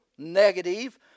negative